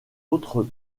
autre